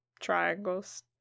triangles